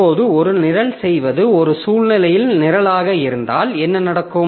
இப்போது ஒரு நிரல் செய்வது ஒரு சுழல்நிலை நிரலாக இருந்தால் என்ன நடக்கும்